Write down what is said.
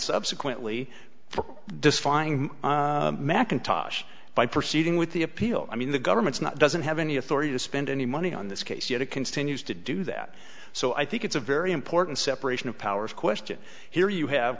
subsequently for this fine macintosh by proceeding with the appeal i mean the government's not doesn't have any authority to spend any money on this case yet it continues to do that so i think it's a very important separation of powers question here you have